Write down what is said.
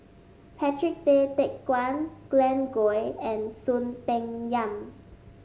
Patrick Tay Teck Guan Glen Goei and Soon Peng Yam